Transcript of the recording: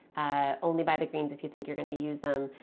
ah only buy the greens if you think you're going to use them.